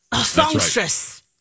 Songstress